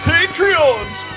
Patreons